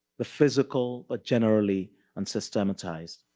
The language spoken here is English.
the physical but generally unsystematized.